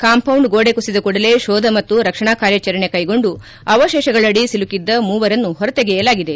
compound ಗೋಡೆ ಕುಸಿದ ಕೂಡಲೇ ಕೋಧ ಮತ್ತು ರಕ್ಷಣಾ ಕಾರ್ಯಾಚರಣೆ ಕೈಗೊಂಡು ಅವಶೇಷಗಳಡಿ ಸಿಲುಕಿದ್ದ ಮೂವರನ್ನು ಹೊರತೆಗೆಯಲಾಗಿದೆ